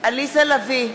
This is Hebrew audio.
עליזה לביא,